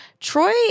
Troy